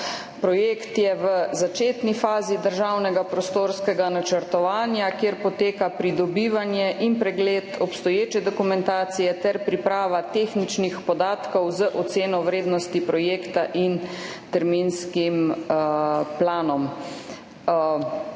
projekt je v začetni fazi državnega prostorskega načrtovanja, v kateri potekajo pridobivanje in pregled obstoječe dokumentacije ter priprava tehničnih podatkov z oceno vrednosti projekta in terminskim planom.